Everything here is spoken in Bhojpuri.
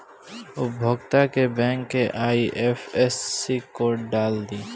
उपभोगता के बैंक के आइ.एफ.एस.सी कोड डाल दी